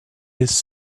his